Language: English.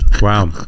Wow